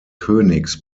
königs